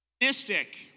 Mystic